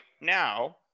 now